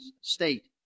state